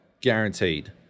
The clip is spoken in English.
Guaranteed